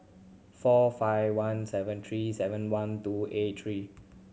four five one seven three seven one two eight three